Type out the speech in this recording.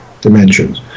dimensions